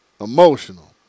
emotional